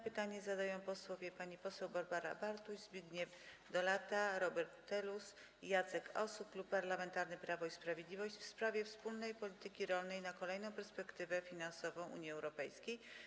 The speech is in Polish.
Pytanie zadają posłowie Barbara Bartuś, Zbigniew Dolata, Robert Telus i Jacek Osuch, Klub Parlamentarny Prawo i Sprawiedliwość, w sprawie wspólnej polityki rolnej na kolejną perspektywę finansową Unii Europejskiej.